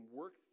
work